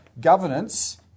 governance